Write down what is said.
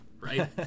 right